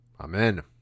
amen